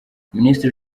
minisitiri